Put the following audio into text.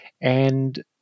and-